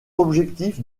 objectif